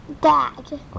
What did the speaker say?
Dad